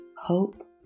Hope